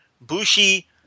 Bushi